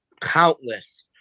countless